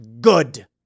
good